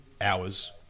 hours